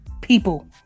people